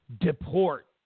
deport